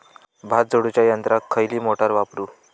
भात झोडूच्या यंत्राक खयली मोटार वापरू?